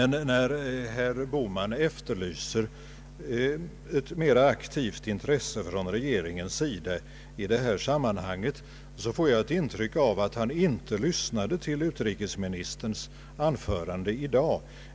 När herr Bohman efterlyser ett mer aktivt intresse från regeringens sida i detta sammanhang, får jag ett intryck av att han inte lyssnade till utrikesministerns anförande i dag.